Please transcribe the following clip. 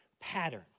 pattern